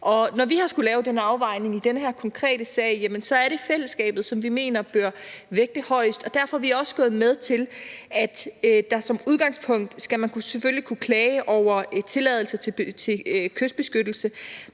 når vi har skullet lave den her afvejning i den her konkrete sag, er det fællesskabet, som vi mener bør vægtes højest. Derfor er vi også gået med til, at man som udgangspunkt selvfølgelig skal kunne klage over tilladelser til kystbeskyttelse,